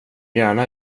gärna